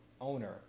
owner